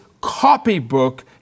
copybook